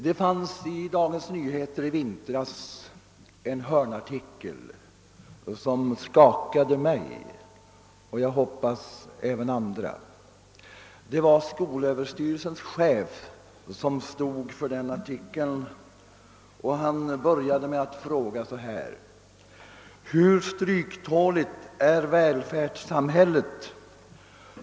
Det fanns i Dagens Nyheter i vintras en hörnartikel som skakade mig och jag hoppas även andra. Det var skolöverstyrelsens chef som stod för artikeln. Han började med att fråga så här: »Hur stryktåligt är välfärdssamhället?